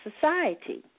society